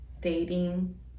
dating